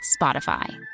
Spotify